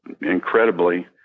incredibly